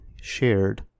shared